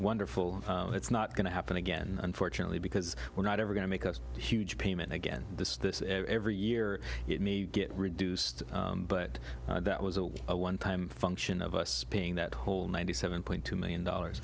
wonderful it's not going to happen again unfortunately because we're not never going to make us huge payment again this this every year it may get reduced but that was a one time function of us paying that whole ninety seven point two million dollars